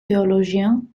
théologiens